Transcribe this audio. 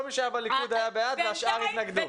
אבל כל מי שהיה בליכוד היה בעד והשאר התנגדו.